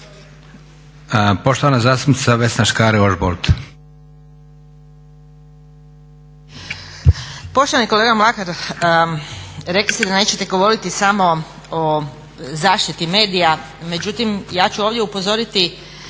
Poštovana zastupnica Vesna Škare-Ožbolt.